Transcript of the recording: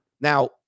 Now